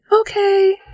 Okay